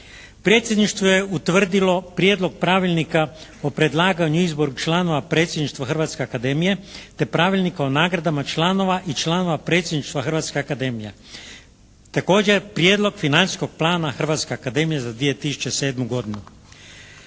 Predsjedništvo je utvrdilo prijedlog pravilnika o predlaganju i izboru članova Predsjedništva Hrvatske akademije te Pravilnik o nagradama članova i članova Predsjedništva Hrvatske akademije. Također prijedlog financijskog plana Hrvatske akademije za 2007. godinu.